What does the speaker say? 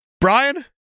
Brian